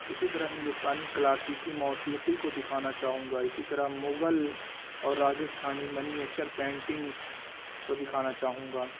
اسی طرح ہندوستانی کلاسیکی موسیقی کو دکھانا چاہوں گا اسی طرح مغل اور راجستھانی منیئچر پینٹنگس کو دکھانا چاہوں گا